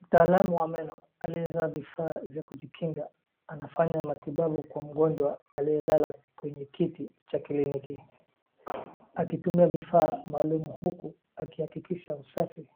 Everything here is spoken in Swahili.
Mtaalamu wa meno aliyevaa vifaa vya kujikinga anafanya matibabu kwa mgonjwa aliyelala kwenye kiti cha kliniki, akitumia vifaa maalaum huku akihakikisha usafi,